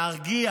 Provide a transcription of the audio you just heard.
להרגיע